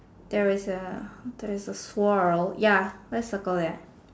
there is a there is a swirl ya circle there